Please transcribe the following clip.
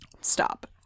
stop